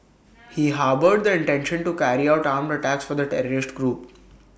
he harboured the intention to carry out armed attacks for the terrorist group